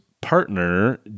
partner